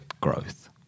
growth